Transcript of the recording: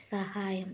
సహాయం